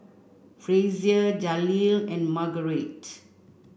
Frazier Jaleel and Margarite